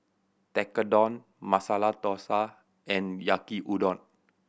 Tekkadon Masala Dosa and Yaki Udon